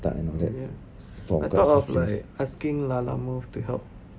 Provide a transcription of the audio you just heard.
oh ya I thought of like asking Lalamove to help